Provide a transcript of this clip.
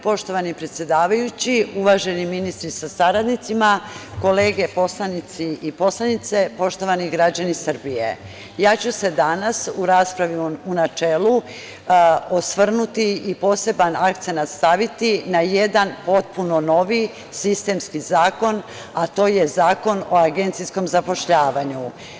Poštovani predsedavajući, uvaženi ministri sa saradnicima, kolege poslanici i poslanice, poštovani građani Srbije, ja ću se danas u raspravi u načelu osvrnuti i poseban akcenat staviti na jedan potpuno novi sistemski zakon, a to je zakon o agencijskom zapošljavanju.